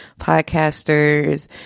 podcasters